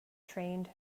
trained